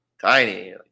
tiny